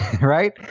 right